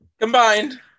combined